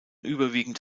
überwiegend